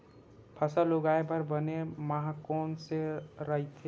फसल उगाये बर बने माह कोन से राइथे?